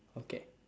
okay